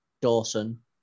Dawson